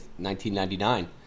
1999